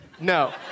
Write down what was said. No